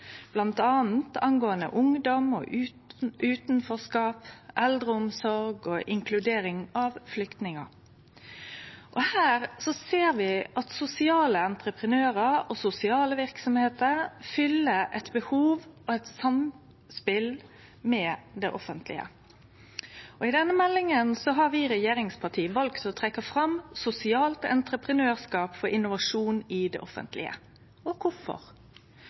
inkludering av flyktningar. Her ser vi at sosiale entreprenørar og sosiale verksemder fyller eit behov i samspel med det offentlege. I samband med denne meldinga har regjeringspartia valt å trekkje fram sosialt entreprenørskap for innovasjon i det offentlege. Kvifor det? Jo, fordi vi er opptekne av gode vilkår for bruk av sosiale entreprenørar og